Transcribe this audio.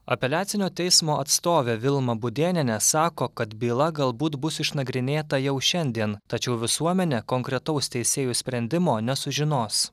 apeliacinio teismo atstovė vilma budėnienė sako kad byla galbūt bus išnagrinėta jau šiandien tačiau visuomenė konkretaus teisėjų sprendimo nesužinos